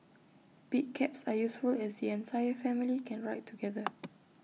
big cabs are useful as the entire family can ride together